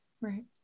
Right